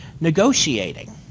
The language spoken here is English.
negotiating